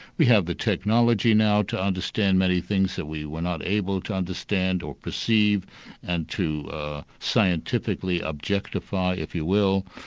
we have the technology now to understand many things that we were not able to understand or perceive and to scientifically objectify, if you will.